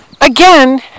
again